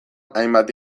hainbat